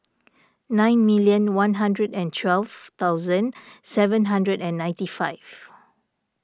nine million one hundred and twelve thousand seven hundred and ninety five